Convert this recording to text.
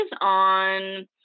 on